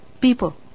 people